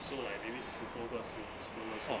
so like maybe 十多个十多不错